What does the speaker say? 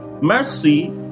mercy